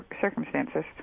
circumstances